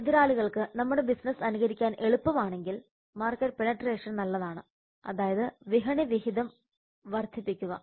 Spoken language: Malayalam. എതിരാളികൾക്ക് നമ്മുടെ ബിസിനസ്സ് അനുകരിക്കാൻ എളുപ്പമാണെങ്കിൽ മാർക്കറ്റ് പെനെട്രേഷൻ നല്ലതാണ് അതായത് വിപണി വിഹിതം വർദ്ധിപ്പിക്കുക